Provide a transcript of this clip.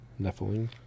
Nephilim